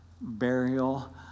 burial